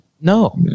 no